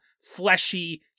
fleshy